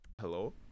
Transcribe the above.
hello